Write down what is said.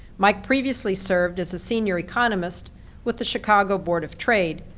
mike previously served as a senior economist with the chicago board of trade,